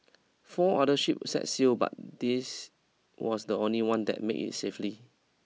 four other ships set sail but this was the only one that made it safely